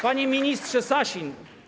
Panie Ministrze Sasin!